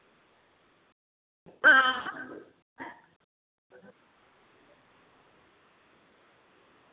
आं